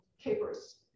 capers